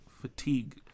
Fatigue